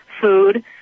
food